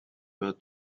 her